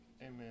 Amen